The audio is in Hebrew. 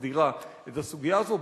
שמסדירה את הסוגיה הזאת,